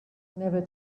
never